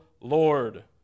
Lord